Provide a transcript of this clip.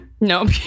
Nope